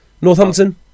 Northampton